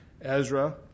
Ezra